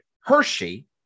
Hershey